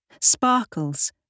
sparkles